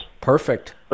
Perfect